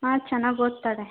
ಹಾಂ ಚೆನ್ನಾಗಿ ಓದ್ತಾಳೆ